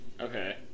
Okay